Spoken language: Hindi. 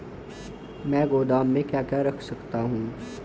मैं गोदाम में क्या क्या रख सकता हूँ?